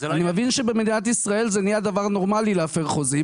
אני מבין שבמדינת ישראל זה נהיה דבר נורמלי להפר חוזים,